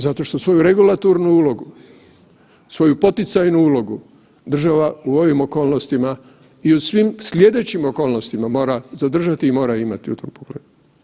Zato što svoju regulatornu ulogu, svoju poticajnu ulogu, država u ovim okolnostima i u svim slijedećim okolnostima mora zadržati i mora imati u tom pogledu.